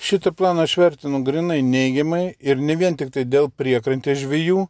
šito plano aš vertinu grynai neigiamai ir ne vien tiktai dėl priekrantės žvejų